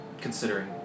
considering